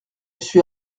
suis